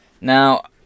Now